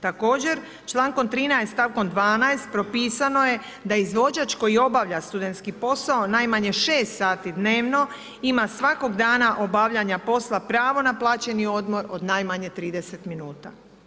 Također člankom 13. stavkom 12. propisano je da izvođač koji obavlja studentski posao najmanje 6 sati dnevno ima svakog dana obavljanja posla pravo na plaćeni odbor od najmanje 30 minuta.